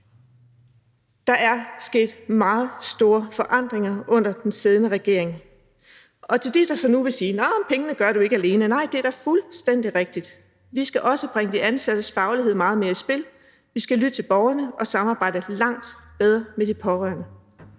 Der er sket meget store forandringer under den siddende regering. Til dem, der nu vil sige, at pengene jo ikke gør det alene, vil jeg sige: Nej, det er da fuldstændig rigtigt. Vi skal også bringe de ansattes faglighed meget mere i spil, og vi skal lytte til borgerne og samarbejde langt bedre med de pårørende.